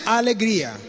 alegria